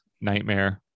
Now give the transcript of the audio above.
nightmare